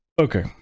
Okay